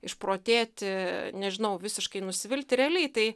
išprotėti nežinau visiškai nusivilti realiai tai